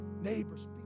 neighbors